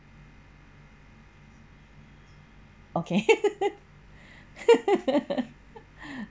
okay